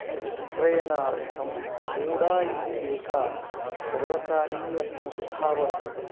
विक्रयणार्थं मूढा इति एका सर्वकारीयसंस्था वर्तते